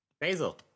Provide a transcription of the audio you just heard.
Basil